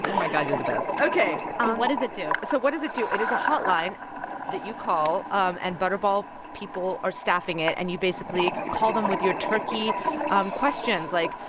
and my god. you're the best ok so um what does it do? so what does it do? it is a hotline that you call, um and butterball people are staffing it. and you basically call them with your turkey um questions. like,